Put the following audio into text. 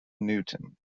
newton